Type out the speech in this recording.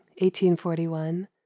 1841